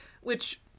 Which-